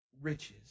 Riches